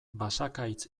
basakaitz